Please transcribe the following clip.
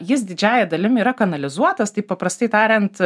jis didžiąja dalim yra kanalizuotas taip paprastai tariant